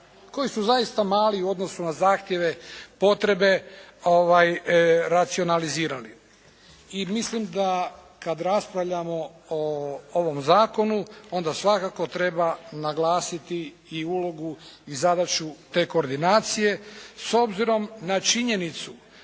koji su zaista mali u odnosu na zahtjeve, potrebe racionalizirali. I mislim da kad raspravljamo o ovom zakonu onda svakako treba naglasiti i ulogu i zadaću te koordinacije s obzirom na činjenicu